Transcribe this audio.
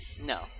No